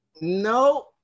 No